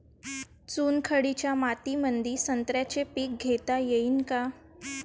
चुनखडीच्या मातीमंदी संत्र्याचे पीक घेता येईन का?